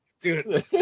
dude